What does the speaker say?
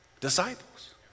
disciples